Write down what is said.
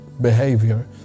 behavior